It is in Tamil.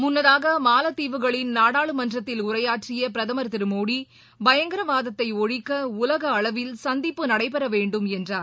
முன்னதாக மாலத்தீவுகளின் நாடாளுமன்றத்தில் உரையாற்றியபிரதமர் திருமோடிபயங்கரவாதத்தைஒழிக்கஉலகஅளவில் சந்திப்பு நடைபெறவேண்டும் என்றார்